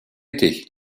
été